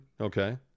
Okay